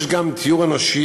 יש גם תיאור אנושי,